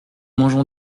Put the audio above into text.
mangeons